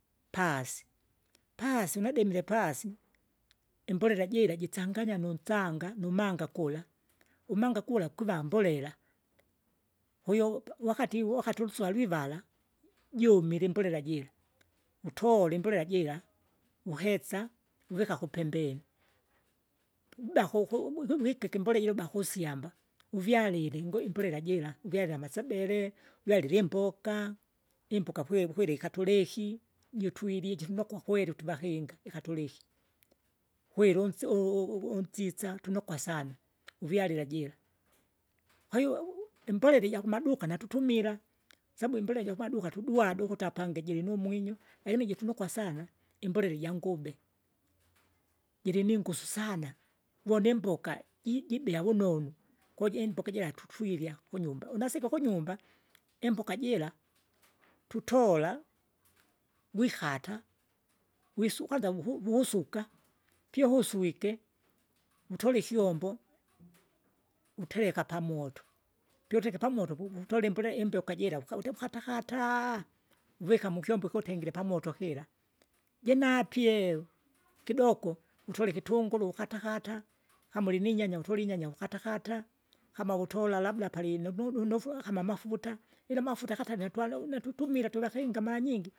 Pasi, pasi unadomile pasi, imbolela jira jichanganya nunsanga, numanga kura, umanga kura kwiva mbolela, kwahiyo upa wakati wakati unswarwi ivara, juumile imbolela jira, wutole imbolele jira, wuhetsa vuvika kupembeni, piba kuku bikubika ikimbolea jiliba kusyamba, wovyalila ingo imbolele jira, uvyalile amasebele, uvyalile imboka, imboka hwehwire ikatuleki, jutwili jifuma kwakweli utuvakinga ikatuleki, kweri unse u- u- unsisa tunokwa sana, uvyalila jira. Kwahiyo imbolele ijakumaduka natutumila, sabu imbolela jakumaduka tudwadu ukuti apange jilinumwinyo, lakini jinutukwa sana, imbolela ijangube. Jiriningusu sana uvona imboka jijibea vunonu, kojimboka jira tutwirya kunyumba, unasike ukunyumba, imboka jira, tutola, mwikata, wisu kwanza wuku wukusuka, pia uvuswike, wutola ikyombo, witerka pamoto, pyo uterike pamoto puutola imbolea imbyoka jira ukaute ukatakata uvika mukyombo ikiutengire pamoto kira, jinapye, kidoko utole ikitunguru, ukatakata, kama ulininyanya utola inyanya ukatakata, kama ugutola labda pali nu- nu- nufua kama mafuta, ila mafuta gatanya twale une tutumila twevakinga maranyingi.